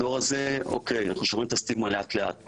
הדור הזה, אוקיי אנחנו שוברים את הסטיגמה לאט לאט.